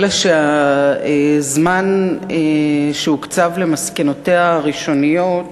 אלא שהזמן שהוקצב למסקנותיה הראשוניות